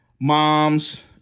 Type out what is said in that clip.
moms